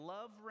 Love